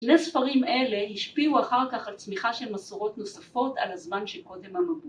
‫שני ספרים אלה השפיעו אחר כך ‫על צמיחה של מסורות נוספות ‫על הזמן שקודם המבוא.